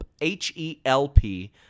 H-E-L-P